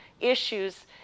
issues